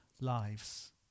lives